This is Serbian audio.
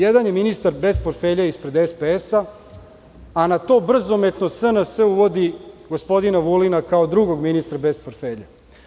Jedan je ministar bez portfelja ispred SPS, a na to brzometno SNS uvodi gospodina Vulina kao drugog ministra bez portfelja.